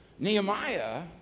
Nehemiah